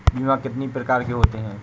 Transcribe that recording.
बीमा कितनी प्रकार के होते हैं?